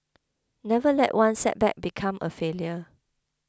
never let one setback become a failure